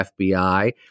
FBI